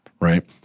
Right